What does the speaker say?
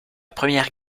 première